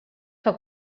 que